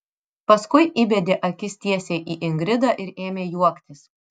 paskui įbedė akis tiesiai į ingridą ir ėmė juoktis